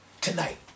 tonight